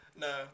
No